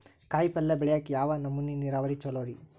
ಕಾಯಿಪಲ್ಯ ಬೆಳಿಯಾಕ ಯಾವ್ ನಮೂನಿ ನೇರಾವರಿ ಛಲೋ ರಿ?